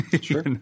Sure